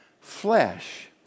flesh